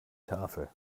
tafel